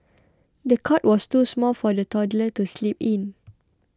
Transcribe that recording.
the cot was too small for the toddler to sleep in